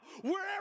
wherever